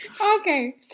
Okay